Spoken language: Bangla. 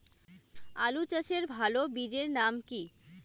আলু চাষের ভালো বীজের নাম কি?